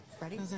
Ready